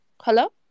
hello